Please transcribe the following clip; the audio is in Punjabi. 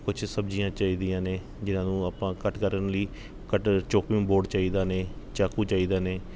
ਕੁਛ ਸਬਜ਼ੀਆਂ ਚਾਹੀਦੀਆਂ ਨੇ ਜਿਨ੍ਹਾਂ ਨੂੰ ਆਪਾਂ ਕੱਟ ਕਰਨ ਲਈ ਕਟਰ ਚੋਪਿੰਗ ਬੋਰਡ ਚਾਹੀਦਾ ਨੇ ਚਾਕੂ ਚਾਹੀਦਾ ਨੇ